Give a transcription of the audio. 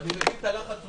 אני מבין את הלחץ הזה